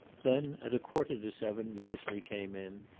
then, at a quarter to seven, leslie came in,